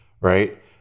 right